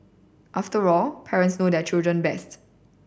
after all parents know their children best